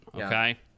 Okay